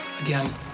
Again